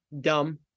Dumb